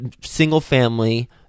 single-family